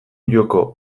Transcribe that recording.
joko